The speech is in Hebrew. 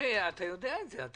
יודע את זה.